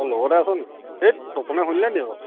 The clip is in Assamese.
অঁ লগতে আছনি থেইট তপণে শুনিলে নি আকৌ